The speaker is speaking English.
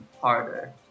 Harder